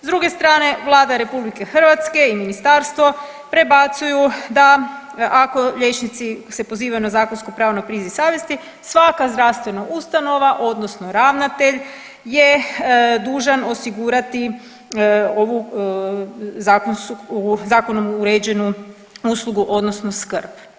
S druge strane Vlada RH i ministarstvo prebacuju da ako liječnici se pozivaju na zakonsko pravo na priziv savjesti svaka zdravstvena ustanova odnosno ravnatelj je dužan osigurati ovu zakonsku, zakonom uređenu uslugu odnosno skrb.